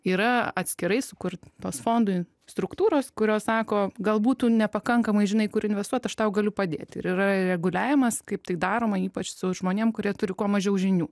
yra atskirai sukur tos fondų in struktūros kurios sako galbūt tu nepakankamai žinai kur investuot aš tau galiu padėt ir yra reguliavimas kaip tai daroma ypač su žmonėm kurie turi kuo mažiau žinių